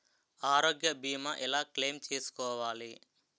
ఆరోగ్య భీమా ఎలా క్లైమ్ చేసుకోవాలి?